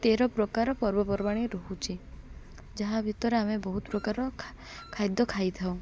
ତେର ପ୍ରକାର ପର୍ବପର୍ବାଣୀ ରହୁଛି ଯାହା ଭିତରେ ଆମେ ବହୁତ ପ୍ରକାର ଖାଦ୍ୟ ଖାଇଥାଉ